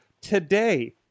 today